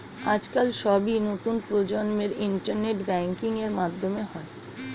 আজকাল সবই নতুন প্রজন্মের ইন্টারনেট ব্যাঙ্কিং এর মাধ্যমে হয়